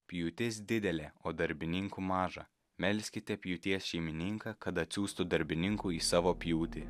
pjūtis didelė o darbininkų maža melskite pjūties šeimininką kad atsiųstų darbininkų į savo pjūtį